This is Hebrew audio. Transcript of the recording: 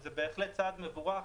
זה בהחלט צעד מבורך,